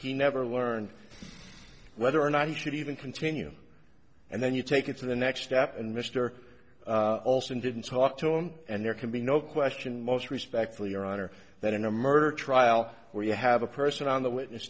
he never learned whether or not he should even continue and then you take it to the next step and mr olson didn't talk to him and there can be no question most respectfully or honor that in a murder trial where you have a person on the witness